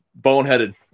boneheaded